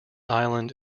island